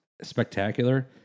spectacular